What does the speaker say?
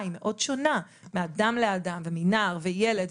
היא מאוד שונה מאדם לאדם ומנער וילד,